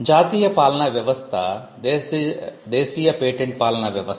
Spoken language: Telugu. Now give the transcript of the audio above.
జాతీయ పాలనా వ్యవస్థ దేశీయ పేటెంట్ పాలనా వ్యవస్థ